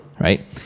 right